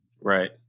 Right